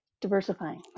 diversifying